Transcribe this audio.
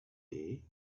day